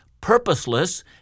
purposeless